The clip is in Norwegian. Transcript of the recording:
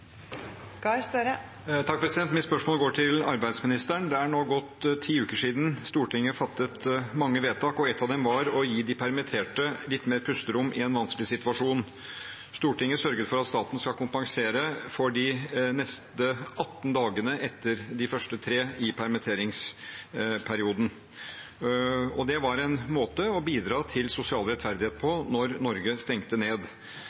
Mitt spørsmål går til arbeidsministeren. Det er nå gått ti uker siden Stortinget fattet mange vedtak, og ett av dem var å gi de permitterte litt mer pusterom i en vanskelig situasjon. Stortinget sørget for at staten skal kompensere for de neste 18 dagene etter de første 3 i permitteringsperioden. Det var en måte å bidra til sosial rettferdighet på da Norge stengte ned.